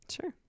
Sure